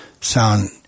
sound